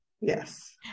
yes